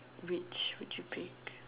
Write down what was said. which would you pick